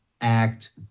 Act